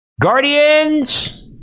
Guardians